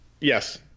yes